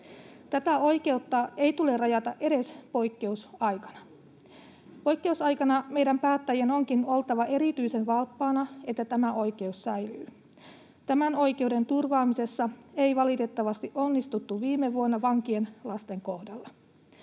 Tätä oikeutta ei tule rajata edes poikkeusaikana. Poikkeusaikana meidän päättäjien onkin oltava erityisen valppaana, että tämä oikeus säilyy. Tämän oikeuden turvaamisessa ei valitettavasti onnistuttu viime vuonna vankien lasten kohdalla.